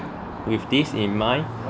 with this in mind